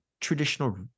traditional